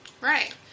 Right